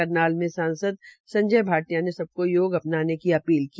करनाल मे सांसद संजय भाटिया ने सबको योग अपनाने की अपील की